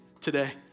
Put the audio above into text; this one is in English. today